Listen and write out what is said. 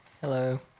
Hello